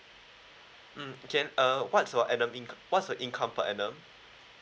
mm can err what's your annum in~ what's your income per annum